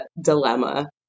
dilemma